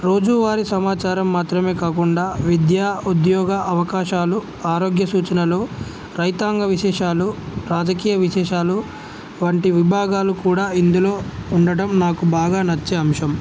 రోజు వారి సమాచారం మాత్రమే కాకుండా విద్యా ఉద్యోగ అవకాశాలు ఆరోగ్య సూచనలు రైతాంగ విశేషాలు రాజకీయ విశేషాలు వంటి విభాగాలు కూడా ఇందులో ఉండటం నాకు బాగా నచ్చే అంశం